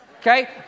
Okay